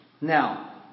Now